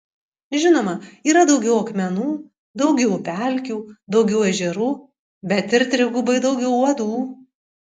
žinoma yra daugiau akmenų daugiau pelkių daugiau ežerų bet ir trigubai daugiau uodų